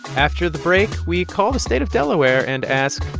after the break, we call the state of delaware and ask,